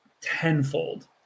tenfold